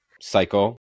cycle